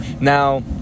Now